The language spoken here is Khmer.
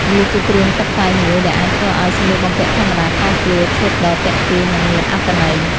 វាជាគ្រឿងតុបតែងមួយដែលអាចធ្វើឲ្យសម្លៀកបំពាក់ធម្មតា ក្លាយជាឈុតដ៏ទាក់ទាញ និងមានអត្ថន័យ។